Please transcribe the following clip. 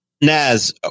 Naz